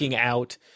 out